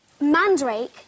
Mandrake